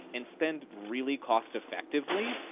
and spend really cost effectively,